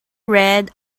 read